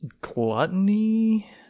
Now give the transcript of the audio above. gluttony